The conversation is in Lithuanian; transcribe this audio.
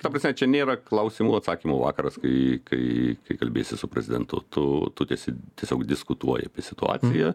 ta prasme čia nėra klausimų atsakymų vakaras kai kai kalbėsi su prezidentu tu tu tęsi tiesiog diskutuoji apie situaciją